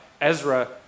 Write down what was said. Ezra